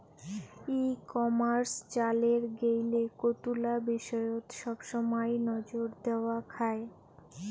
ই commerce চালের গেইলে কতুলা বিষয়ত সবসমাই নজর দ্যাওয়া খায়